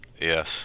Yes